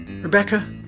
Rebecca